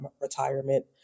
retirement